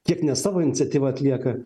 kiek ne savo iniciatyva atlieka